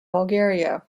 bulgaria